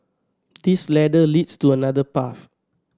this ladder leads to another path